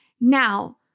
Now